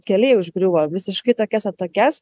keliai užgriuvo visiškai tokias atokias